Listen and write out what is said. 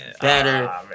better